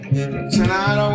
Tonight